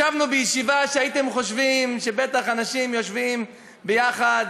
ישבנו בישיבה שהייתם חושבים שבטח אם אלה האנשים יושבים יחד,